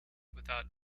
without